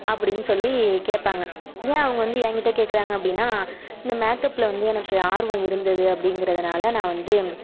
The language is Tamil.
அப்படின்னு சொல்லி கேட்பாங்க ஏன் அவங்க வந்து என் கிட்டே கேட்குறாங்க அப்படின்னா இந்த மேக்கப்பில் வந்து எனக்கு ஆர்வம் இருந்தது அப்படிங்கிறதுனால நான் வந்து